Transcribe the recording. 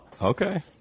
Okay